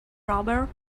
rubber